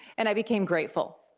and i became grateful.